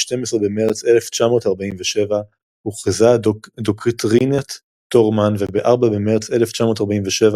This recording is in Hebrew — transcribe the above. ב-12 במרץ 1947 הוכרזה דוקטרינת טרומן וב-4 במרץ 1947,